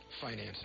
financing